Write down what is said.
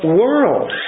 world